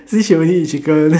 since she only eat chicken